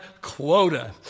quota